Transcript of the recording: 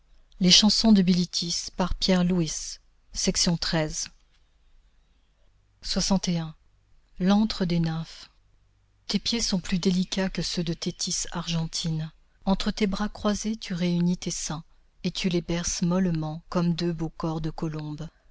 l'antre des nymphes tes pieds sont plus délicats que ceux de thétis argentine entre tes bras croisés tu réunis tes seins et tu les berces mollement comme deux beaux corps de colombes